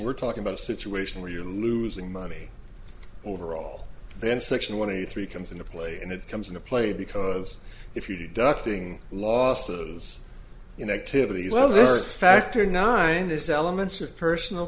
we're talking about a situation where you're losing money overall then section one eighty three comes into play and it comes into play because if you ducting losses in activities well the first factor nine this elements of personal